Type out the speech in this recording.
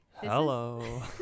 Hello